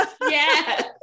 Yes